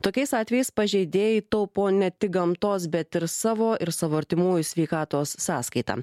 tokiais atvejais pažeidėjai taupo ne tik gamtos bet ir savo ir savo artimųjų sveikatos sąskaita